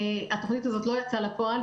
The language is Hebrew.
התוכנית הזו לא יצאה לפועל.